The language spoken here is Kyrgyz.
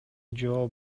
жөө